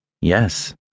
Yes